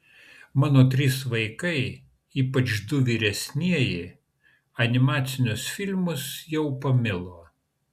mano trys vaikai ypač du vyresnieji animacinius filmus jau pamilo